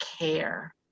care